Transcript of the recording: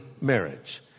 marriage